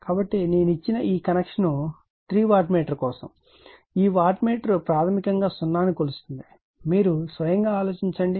కాబట్టి నేను ఇచ్చిన ఈ కనెక్షన్ 3 వాట్ మీటర్ కోసం ఈ వాట్ మీటర్ ప్రాథమికంగా 0 ను కొలుస్తుంది మీరు స్వయంగా ఆలోచించండి